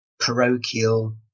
Parochial